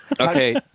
okay